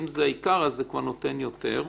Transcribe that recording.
אם זה עיקר זה כבר נותן יותר.